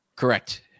Correct